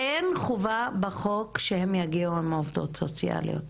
אין חובה בחוק שהם יגיעו עם עובדות סוציאליות.